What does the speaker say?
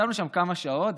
ישבנו שם כמה שעות.